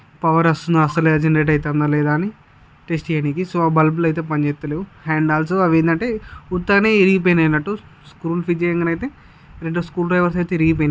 power వస్తుందా లేదా generate అవుతుందా లేదా అని టెస్ట్ చేయడానికి సో ఆ బల్బులు అయితే పని చేస్తలేవు అండ్ ఆల్సో అవి ఏంటంటే ఉత్తగనే ఇరిగిపోయినట్టు స్క్రూలు ఫిట్ చేయగాని అయితే రెండు స్క్రూ డ్రైవర్స్ అయితే ఇరిగిపోయినాయి